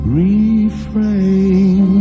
refrain